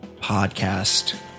Podcast